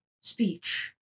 speech